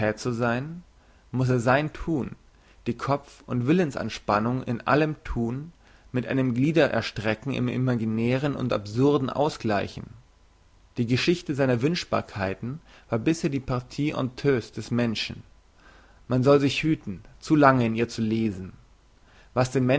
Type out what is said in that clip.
zu sein muss er sein thun die kopf und willensanspannung in allem thun mit einem gliederstrecken im imaginären und absurden ausgleichen die geschichte seiner wünschbarkeiten war bisher die partie honteuse des menschen man soll sich hüten zu lange in ihr zu lesen was den